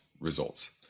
results